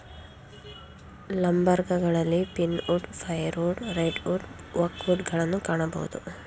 ಲಂಬರ್ಗಳಲ್ಲಿ pine wood, fire wood, red wood, oak wood ಗಳನ್ನು ಕಾಣಬೋದು